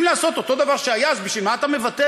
אם לעשות אותו דבר שהיה, אז בשביל מה אתה מבטל?